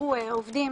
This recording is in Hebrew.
שהזכירו כאן עובדים,